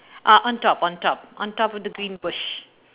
uh on top on top on top of the green bush